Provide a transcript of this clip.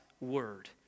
Word